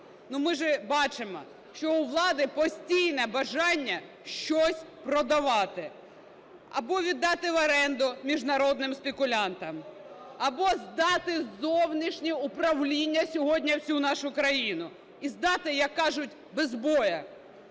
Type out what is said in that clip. Ми ж бачимо, що у влади постійне бажання щось продавати або віддати в оренду міжнародним спекулянтам, або здати у зовнішнє управління сьогодні всю нашу країну. І здати, як кажуть, без бою.